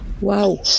Wow